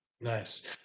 Nice